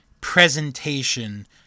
presentation